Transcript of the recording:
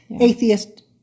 Atheist